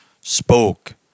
spoke